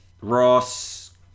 Ross